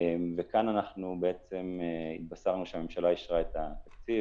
וכאן התבשרנו שהממשלה אישרה את התקציב